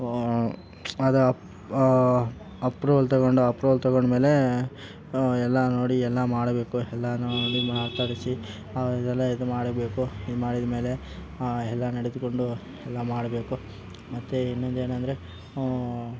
ಅದೆ ಅಪ್ರೂವಲ್ ತಗೊಂಡು ಅಪ್ರೂವಲ್ ತಗೊಂಡ್ಮೇಲೆ ಎಲ್ಲ ನೋಡಿ ಎಲ್ಲ ಮಾಡಬೇಕು ಎಲ್ಲ ನೋಡಿ ಮಾತಾಡಿಸಿ ಎಲ್ಲ ಇದು ಮಾಡಬೇಕು ಇದು ಮಾಡಿದ್ಮೇಲೆ ಎಲ್ಲ ನಡೆದುಕೊಂಡು ಎಲ್ಲ ಮಾಡಬೇಕು ಮತ್ತೆ ಇನ್ನೊಂದು ಏನೆಂದರೆ